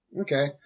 Okay